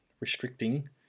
restricting